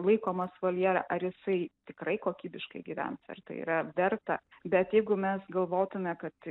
laikomas voljere ar jisai tikrai kokybiškai gyvens ar tai yra verta bet jeigu mes galvotume kad